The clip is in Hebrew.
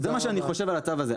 זה מה שאני חושב על הצו הזה.